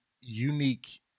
unique